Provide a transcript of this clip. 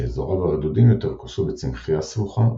שאזוריו הרדודים יותר כוסו בצמחייה סבוכה,